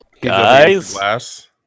Guys